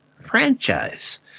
franchise